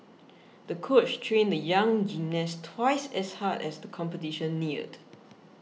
the coach trained the young gymnast twice as hard as the competition neared